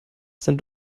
sein